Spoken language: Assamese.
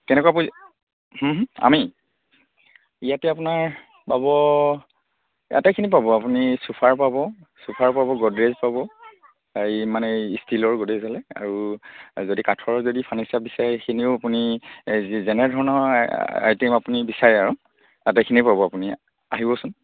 কেনেকুৱা পই আমি ইয়াতে আপোনাৰ পাব আটাইখিনি পাব আপুনি চোফা পাব চোফা পাব গডৰেজ পাব এই মানে ষ্টীলৰ গডৰেজ হ'লে আৰু যদি কাঠৰ যদি ফাৰ্নিচাৰ বিচাৰে সেইখিনিও আপুনি যে যেনেধৰণৰ আইটেম আপুনি বিচাৰে আৰু আটাইখিনিয়ে পাব আপুনি আহিবচোন